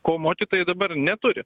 ko mokytojai dabar neturi